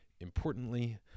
importantly